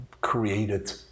created